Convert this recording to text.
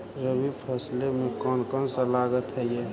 रबी फैसले मे कोन कोन सा लगता हाइय?